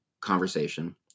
conversation